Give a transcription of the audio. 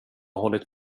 hållit